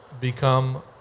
become